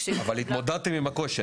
אבל התמודדתם עם הקושי.